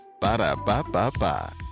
Ba-da-ba-ba-ba